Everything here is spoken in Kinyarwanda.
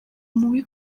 mubi